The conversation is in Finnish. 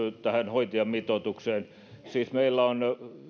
tähän hoitajamitoitukseen siis meillä on